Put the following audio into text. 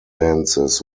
lenses